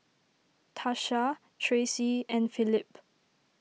Tasha Tracie and Philip